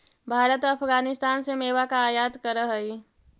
भारत अफगानिस्तान से मेवा का आयात करअ हई